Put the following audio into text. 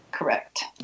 correct